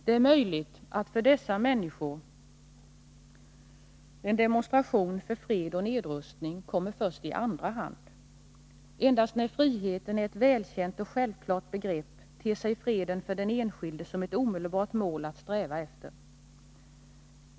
Det är möjligt att för dessa människor en demonstration för fred och nedrustning kommer först i andra hand. Endast när friheten är ett välkänt och självklart begrepp ter sig freden för den enskilde som ett omedelbart mål att sträva efter.